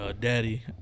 Daddy